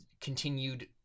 continued